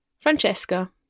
Francesca